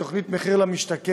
על תוכנית מחיר למשתכן,